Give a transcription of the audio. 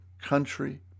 country